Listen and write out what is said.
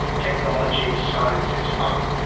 technology, science is fun.